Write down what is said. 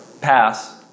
pass